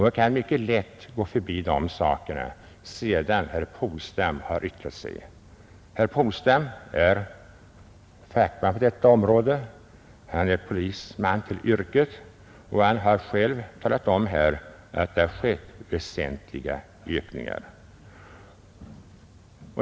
Jag kan mycket lätt gå förbi de sakerna sedan herr Polstam har yttrat sig. Herr Polstam är fackman på detta område — han är polisman till yrket — och han har själv talat om att det har skett väsentliga ökningar.